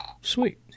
Sweet